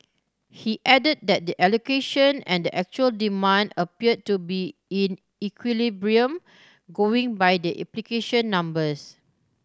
he added that the allocation and the actual demand appeared to be in equilibrium going by the application numbers